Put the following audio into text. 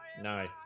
no